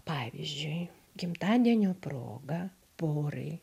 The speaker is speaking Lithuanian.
pavyzdžiui gimtadienio proga porai